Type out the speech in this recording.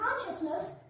consciousness